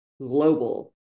global